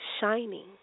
shining